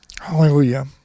Hallelujah